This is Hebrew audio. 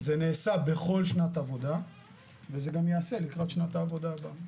זה נעשה בכל שנת עבודה וזה גם ייעשה לקראת שנת העבודה הזו.